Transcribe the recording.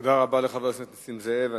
תודה רבה לחבר הכנסת נסים זאב.